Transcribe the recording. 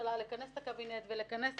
לא אומרים, לא מדברים, לא מספרים.